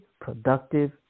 productive